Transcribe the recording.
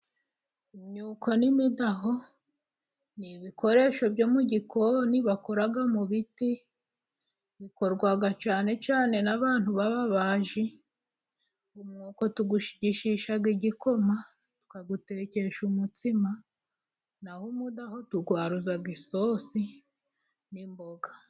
Imyuko n'imidaho ni ibikoresho byo mu gikoni bakora mu biti. Bikorwa cyane cyane n'abantu b'ababaji. Umwuko tuwushigishisha igikoma, tukawutekesha umutsima, naho umudaho tuwaruza isosi n'imboga.